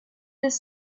this